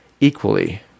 equally